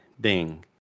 ding